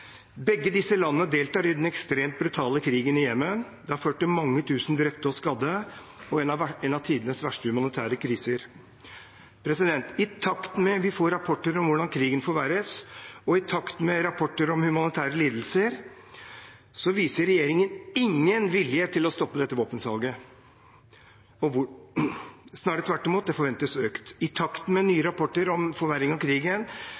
Begge disse landene deltar i den ekstremt brutale krigen i Jemen. Den har ført til mange tusen drepte og skadde og til en av tidenes verste humanitære kriser. I takt med at vi får rapporter om hvordan krigen forverres, og i takt med rapporter om humanitære lidelser viser regjeringen ingen vilje til å stoppe dette våpensalget. Snarere tvert imot – det forventes økt. I takt med nye rapporter om forverring av krigen